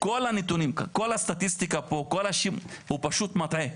כל הנתונים כאן, כל הסטטיסטיקה פה הוא פשוט מטעה.